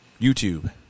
YouTube